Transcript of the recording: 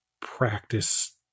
practice